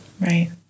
right